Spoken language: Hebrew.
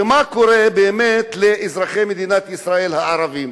ומה קורה באמת לאזרחי מדינת ישראל הערבים?